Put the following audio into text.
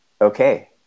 okay